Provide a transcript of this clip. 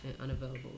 unavailable